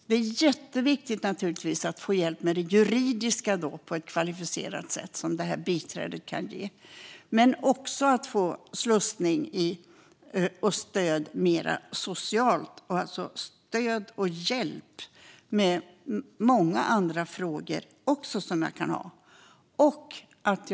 Det är naturligtvis jätteviktigt att få hjälp med det juridiska på ett kvalificerat sätt, och det är en hjälp som det här biträdet kan ge. Jag kan också behöva slussning, socialt stöd och hjälp med många andra frågor som jag kan ha.